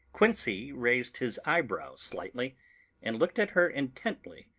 quincey raised his eyebrows slightly and looked at her intently,